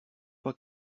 pas